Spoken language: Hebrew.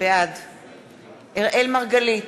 בעד אראל מרגלית,